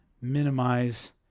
minimize